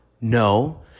No